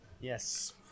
Yes